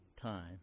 time